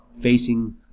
facing